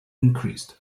increased